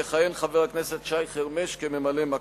יכהן חבר הכנסת שי חרמש כממלא-מקום.